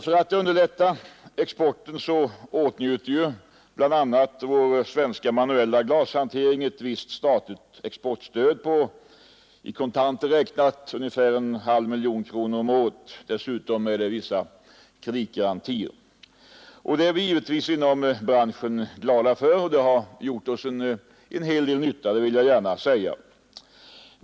För att underlätta exporten åtnjuter bl.a. vår svenska manuella glashantering ett visst statligt exportstöd, i pengar omkring en halv miljon kronor per år. Härtill kommer vissa kreditgarantier. Det är vi givetvis inom branschen glada för; jag vill också gärna säga att det har varit till en hel del nytta för oss.